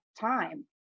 time